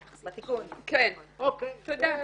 תודה.